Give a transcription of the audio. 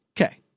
Okay